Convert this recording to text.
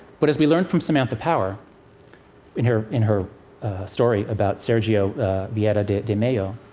but as we learned from samantha power in her in her story about sergio vieira de de mello,